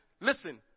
Listen